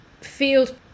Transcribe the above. field